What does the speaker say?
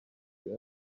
you